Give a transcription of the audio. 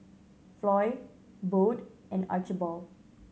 Floy Bode and Archibald